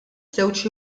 żewġ